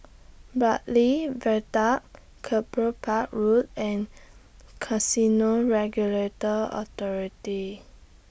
Bartley Viaduct Kelopak Road and Casino Regulatory Authority